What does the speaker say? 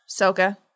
Soka